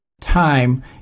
time